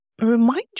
Remind